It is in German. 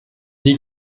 die